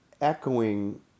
echoing